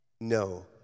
No